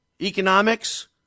economics